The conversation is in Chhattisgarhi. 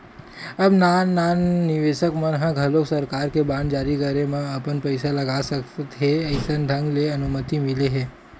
अब नान नान निवेसक मन ह घलोक सरकार के बांड जारी करे म अपन पइसा लगा सकत हे अइसन ढंग ले अनुमति मिलगे हे